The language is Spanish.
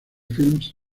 filmes